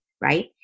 right